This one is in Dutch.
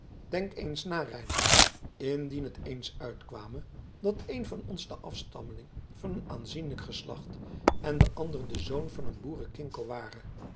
denk eens na reinout indien het eens uitkwame dat een van ons de afstammeling van een aanzienlijk geslacht en de ander de zoon van een boerenkinkel ware